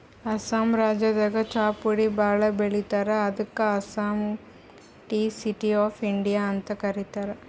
ಅಸ್ಸಾಂ ರಾಜ್ಯದಾಗ್ ಚಾಪುಡಿ ಭಾಳ್ ಬೆಳಿತಾರ್ ಅದಕ್ಕ್ ಅಸ್ಸಾಂಗ್ ಟೀ ಸಿಟಿ ಆಫ್ ಇಂಡಿಯಾ ಅಂತ್ ಕರಿತಾರ್